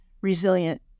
resilient